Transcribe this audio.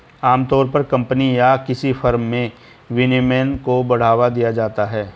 आमतौर पर कम्पनी या किसी फर्म में विनियमन को बढ़ावा दिया जाता है